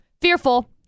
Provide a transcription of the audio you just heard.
fearful